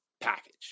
package